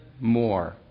more